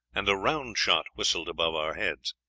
and a round shot whistled above our heads.